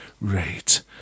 Right